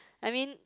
I mean